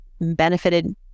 benefited